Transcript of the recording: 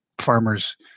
farmers